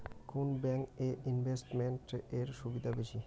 কোন ব্যাংক এ ইনভেস্টমেন্ট এর সুবিধা বেশি?